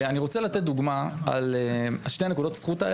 אני רוצה לתת דוגמה על שתי נקודות הזכות.